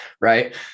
right